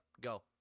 go